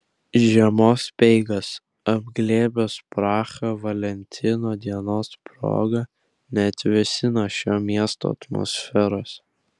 žiemos speigas apglėbęs prahą valentino dienos proga neatvėsina šio miesto atmosferos